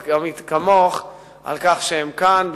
על כך שהם כאן.